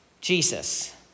Jesus